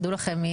תדעו לכם,